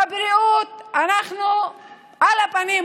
בבריאות אנחנו על הפנים,